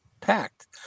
packed